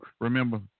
remember